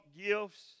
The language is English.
gifts